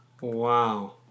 Wow